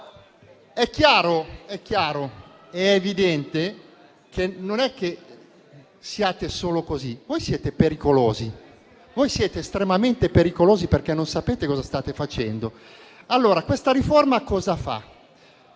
È chiaro ed evidente che non è che siete solo così, voi siete pericolosi, siete estremamente pericolosi perché non sapete cosa state facendo. Questa riforma cosa fa?